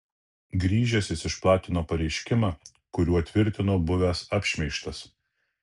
grįžęs jis išplatino pareiškimą kuriuo tvirtino buvęs apšmeižtas